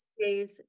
days